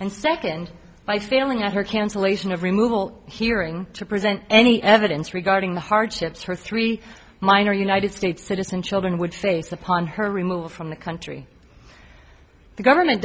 and second by failing at her cancellation of removal hearing to present any evidence regarding the hardships her three minor united states citizen children would face upon her removal from the country the government